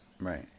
Right